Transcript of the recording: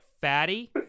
fatty